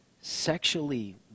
sexually